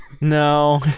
No